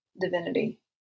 divinity